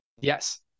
Yes